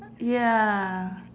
ya